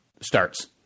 starts